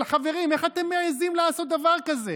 אבל חברים, איך אתם מעיזים לעשות דבר כזה?